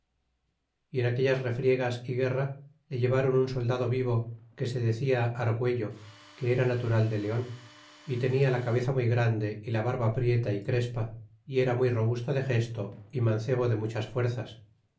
y en aquellas refriegas y guerra le llevaron un soldado vivo que se decia argiiello que era natural de leon y tenia la cabeza muy grande y la barba prieta y crespa y era muy robusto de gesto y mancebo de muchas fuerzas